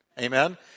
Amen